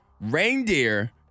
Reindeer